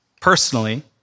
personally